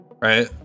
right